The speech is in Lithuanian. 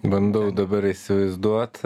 bandau dabar įsivaizduot